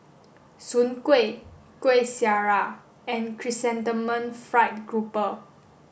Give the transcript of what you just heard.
Soon Kueh Kuih Syara and Chrysanthemum Fried Grouper